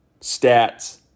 stats